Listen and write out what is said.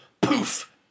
poof